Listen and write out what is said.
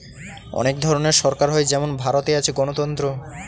অনেক ধরনের সরকার হয় যেমন ভারতে আছে গণতন্ত্র